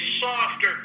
softer